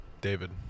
David